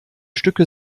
stücke